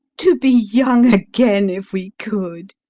to be young again, if we could,